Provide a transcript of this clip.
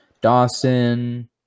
Dawson